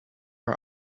are